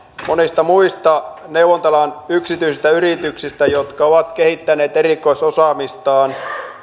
monista muista neuvonta alalla yksityisistä yrityksistä jotka ovat kehittäneet erikoisosaamistaan